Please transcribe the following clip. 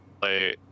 play